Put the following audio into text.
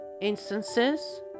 instances